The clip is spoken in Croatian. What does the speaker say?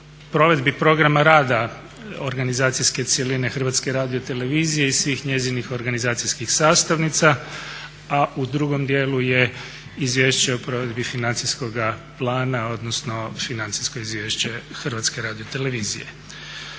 provedbi programa rada organizacijske cjeline Hrvatske radiotelevizije i svih njezinih organizacijskih sastavnica a u drugom dijelu je Izvješće o provedbi financijskoga plana, odnosno financijsko izvješće Hrvatske radiotelevizije.